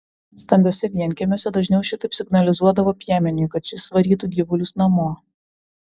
stambiuose vienkiemiuose dažniau šitaip signalizuodavo piemeniui kad šis varytų gyvulius namo